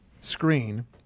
screen